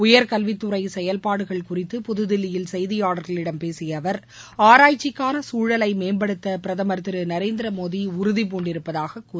உயர்கல்வித்துறை செயல்பாடுகள் குறித்து புதுதில்லியில் செய்தியாளர்களிடம் பேசிய அவர் ஆராய்ச்சிக்கான சூழலை மேம்படுத்த பிரதமா் திரு நரேந்திரமோடி உறுதிபூண்டிருப்பதாகக் கூறினாா்